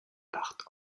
partent